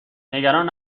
نگران